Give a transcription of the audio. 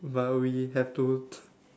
but we have to